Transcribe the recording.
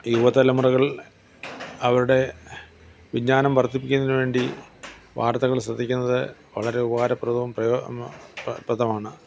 യുവതലമുറകൾ അവരുടെ വിജ്ഞാനം വർദ്ധിപ്പിക്കുന്നതിന് വേണ്ടി വാർത്തകൾ ശ്രദ്ധിക്കുന്നത് വളരെ ഉപകാരപ്രദവും പ്രയോജനം പ്രദമാണ്